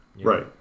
right